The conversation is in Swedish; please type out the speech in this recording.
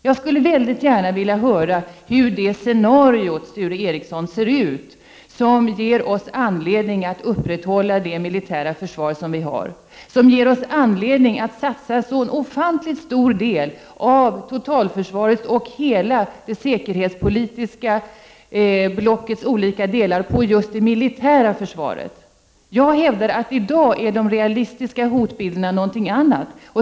Jag skulle, Sture Ericson, gärna vilja höra hur det scenario ser ut som ger oss anledning att upprätthålla det militära försvar som vi har, som ger oss anledning att satsa en så ofantligt stor del av totalförsvaret och hela det säkerhetspolitiska blockets olika delar på just det militära försvaret. Jag hävdar att i dag är de realistiska hotbilderna något annat.